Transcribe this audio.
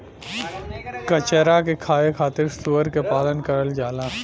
कचरा के खाए खातिर सूअर के पालन करल जाला